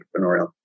entrepreneurial